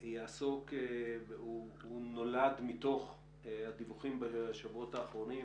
אבל הוא נולד מתוך הדיווחים בשבועות האחרונים